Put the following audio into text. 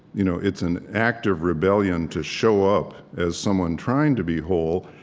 you know it's an act of rebellion to show up as someone trying to be whole.